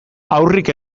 haurrik